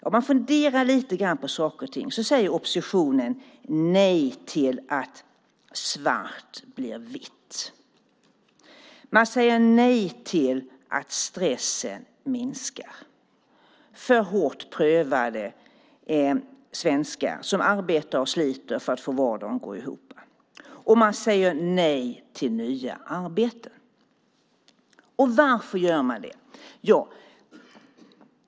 Om man funderar lite grann på saker och ting säger oppositionen nej till att svart blir vitt, man säger nej till att stressen minskar för hårt prövade svenskar som arbetar och sliter för att få vardagen att gå ihop och man säger nej till nya arbeten. Och varför gör man det?